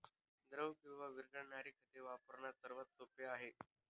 द्रव किंवा विरघळणारी खते वापरणे सर्वात सोपे आहे